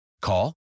Call